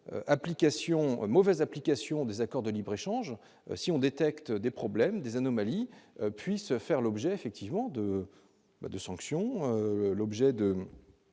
application mauvaise application des accords de libre- échange si on détecte des problèmes des anomalies puissent faire l'objet effectivement de de sanctions, l'objet de